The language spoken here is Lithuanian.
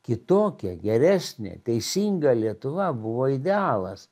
kitokia geresnė teisinga lietuva buvo idealas